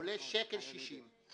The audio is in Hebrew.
עולה 1.60 שקל.